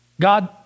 God